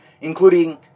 including